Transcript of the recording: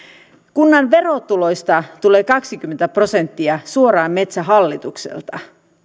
kunnan verotuloista tulee kaksikymmentä prosenttia suoraan metsähallitukselta